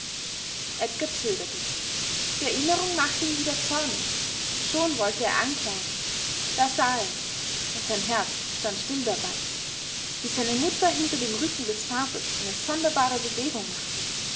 edgar zögerte die erinnerung machte ihn wieder zornig schon wollte er anklagen da sah er und sein herz stand still dabei wie seine mutter hinter dem rücken des vaters eine sonderbare bewegung machte